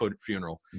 funeral